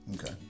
okay